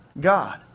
God